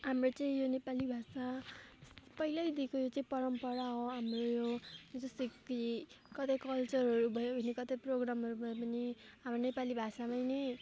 हाम्रो चाहिँ यो नेपाली भाषा पहिल्यैदेखिको यो चाहिँ परम्परा हो हाम्रो यो जस्तै कि कतै कल्चरहरू भयो भने कतै प्रोग्रामहरू भयो भने अब नेपाली भाषामा नै